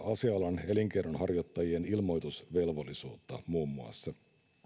asealan elinkeinonharjoittajien ilmoitusvelvollisuutta